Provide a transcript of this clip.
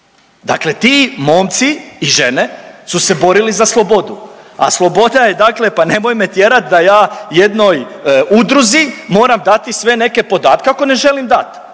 Dakle, ti momci i žene su se borili za slobodu, a sloboda je dakle pa nemoj me tjerat da ja jednoj udruzi moram dati sve neke podatke ako ne želim dat,